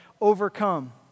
overcome